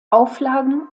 auflagen